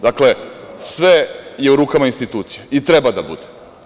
Dakle, sve je u rukama institucija i treba da bude.